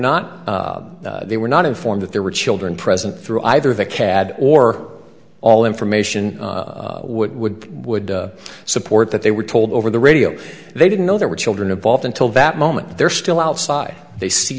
not they were not informed that there were children present through either the cad or all information would would support that they were told over the radio they didn't know there were children involved until that moment they're still outside they see